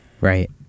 right